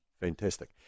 Fantastic